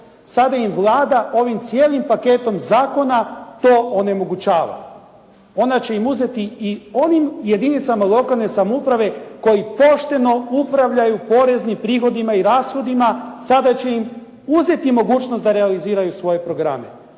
sada im Vlada ovim cijelim paketom zakona to onemogućava. Ona će uzeti i onim jedinicama lokalne samouprave koji pošteno upravljaju poreznim prihodima i rashodima, sada će im uzeti mogućnost da realiziraju svoje programe.